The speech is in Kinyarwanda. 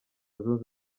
zunze